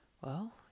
Well